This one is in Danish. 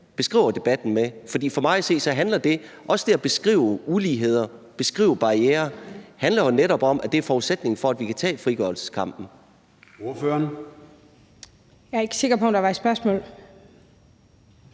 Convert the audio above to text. beskriver debatten med, for for mig at se handler også det at beskrive uligheder, beskrive barrierer jo netop om, at det er forudsætningen for, at vi kan tage frigørelseskampen.